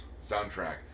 soundtrack